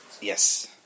Yes